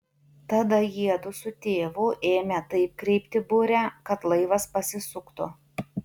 tada jiedu su tėvu ėmė taip kreipti burę kad laivas pasisuktų